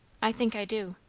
i think i do.